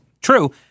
True